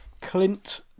Clint